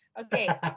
Okay